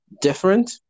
different